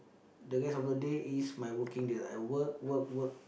the rest of the day is my working day I work work work